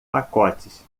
pacotes